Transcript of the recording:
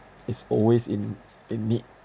is always in in need